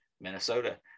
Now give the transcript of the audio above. Minnesota